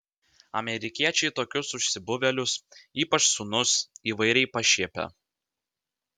amerikiečiai tokius užsibuvėlius ypač sūnus įvairiai pašiepia